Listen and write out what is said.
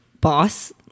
boss